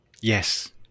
Yes